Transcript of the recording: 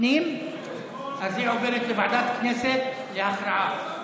אז היא עוברת לוועדת כנסת להכרעה.